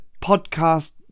podcast